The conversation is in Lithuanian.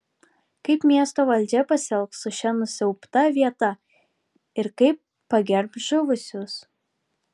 kaip miesto valdžia pasielgs su šia nusiaubta vieta ir kaip pagerbs žuvusius